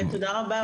תודה רבה,